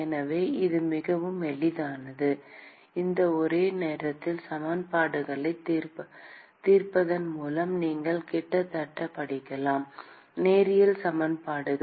எனவே இது மிகவும் எளிதானது இந்த ஒரே நேரத்தில் சமன்பாடுகளைத் தீர்ப்பதன் மூலம் நீங்கள் கிட்டத்தட்ட படிக்கலாம் நேரியல் சமன்பாடுகள்